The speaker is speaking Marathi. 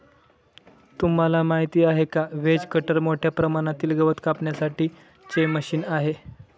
तुम्हाला माहिती आहे का? व्हेज कटर मोठ्या प्रमाणातील गवत कापण्यासाठी चे मशीन आहे